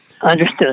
Understood